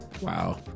Wow